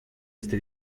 este